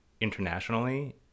internationally